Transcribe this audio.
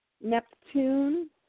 Neptune